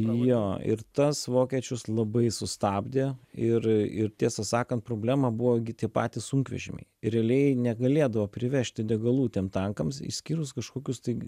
jo ir tas vokiečius labai sustabdė ir ir tiesą sakant problema buvo gi tie patys sunkvežimiai realiai negalėdavo privežti degalų tiem tankams išskyrus kažkokius tai